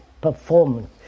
performance